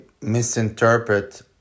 misinterpret